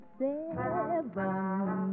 seven